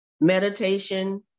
meditation